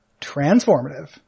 transformative